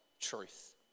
truth